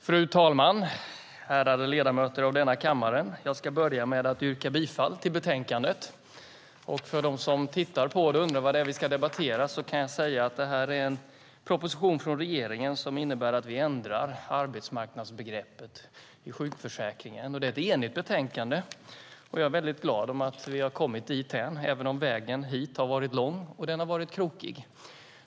Fru talman! Ärade ledamöter av denna kammare! Jag ska börja med att yrka bifall till förslaget i betänkandet. För dem som tittar på oss och undrar vad det är vi ska debattera kan jag säga att det här är en proposition från regeringen som innebär att vi ändrar arbetsmarknadsbegreppet i sjukförsäkringen. Det är ett enigt betänkande och jag är väldigt glad åt att vi har kommit dithän, även om vägen har varit lång och den har varit krokig.